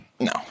No